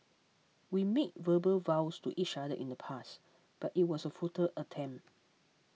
we made verbal vows to each other in the past but it was a futile attempt